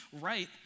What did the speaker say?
right